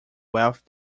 wealth